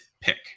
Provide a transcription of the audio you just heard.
pick